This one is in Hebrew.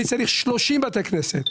אני צריך 30 בתי כנסת.